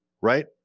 right